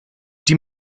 die